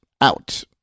out